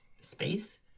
space